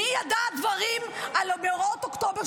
מי ידע דברים על מאורעות אוקטובר,